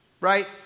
right